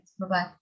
Bye-bye